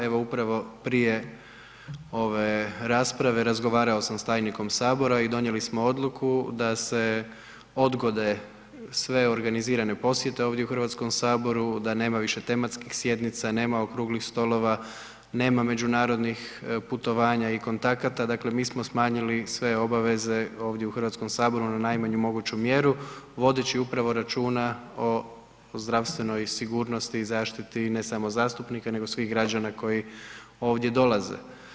Evo upravo prije ove rasprave razgovarao sam s tajnikom Sabora i donijeli smo odluku da se odgode sve organizirane posjete ovdje u HS-u, da nema više tematskih sjednica, nema okruglih stolova, nema međunarodnih putovanja i kontakata, dakle mi smo smanjili sve obaveze ovdje u HS-u na najmanju moguću mjeru vodeći upravo računa o zdravstvenoj sigurnosti i zaštiti, ne samo zastupnika nego svih građana koji ovdje dolaze.